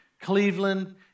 Cleveland